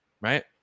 Right